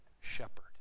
shepherd